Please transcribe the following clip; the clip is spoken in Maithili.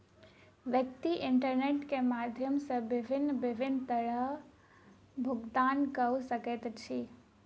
व्यक्ति इंटरनेट के माध्यम सॅ भिन्न भिन्न तरहेँ भुगतान कअ सकैत अछि